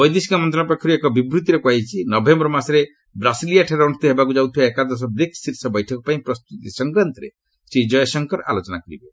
ବୈଦେଶିକ ମନ୍ତ୍ରଣାଳୟ ପକ୍ଷରୁ ଏକ ବିବୃତ୍ତିରେ କୁହାଯାଇଛି ନଭେମ୍ଘର ମାସରେ ବ୍ରାସିଲିଆଠାରେ ଅନୁଷ୍ଠିତ ହେବାକୁ ଯାଉଥିବା ଏକାଦଶ ବ୍ରିକ୍ ଶୀର୍ଷ ବୈଠକ ପାଇଁ ପ୍ରସ୍ତୁତି ସଂକ୍ରାନ୍ତରେ ଶ୍ରୀ ଜୟଶଙ୍କର ଆଲୋଚନା କରିବେ